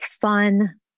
fun